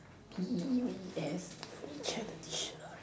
check the dictionary